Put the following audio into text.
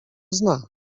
zna